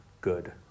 good